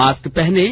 mask पहनें